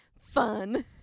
fun